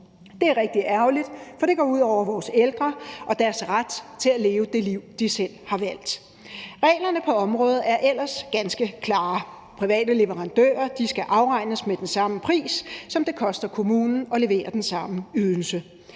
rigtig ærgerligt, for det går ud over vores ældre og deres ret til at leve det liv, de selv har valgt. Reglerne på området er ellers ganske klare. Private leverandører skal afregnes med den samme pris, som det koster kommunen at levere den samme ydelse.